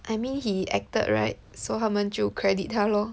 I mean he acted right so 他们就 credit 他 lor